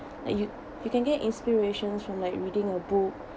and you you can get inspiration from like reading a book